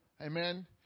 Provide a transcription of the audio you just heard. amen